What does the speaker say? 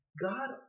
God